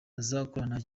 azakorana